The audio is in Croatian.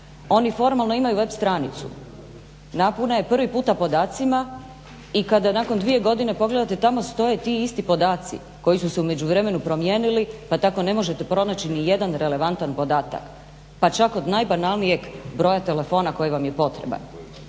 Oni formalno imaju web stranicu, napune je prvi puta podacima i kada nakon 2 godine pogledate tamo stoje ti isti podaci koji su se u međuvremenu promijenili, pa tako ne možete pronaći ni jedan relevantan podatak, pa čak od najbanalnijeg broja telefona koji vam je potreban.